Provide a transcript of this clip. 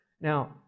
Now